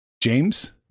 James